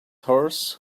horse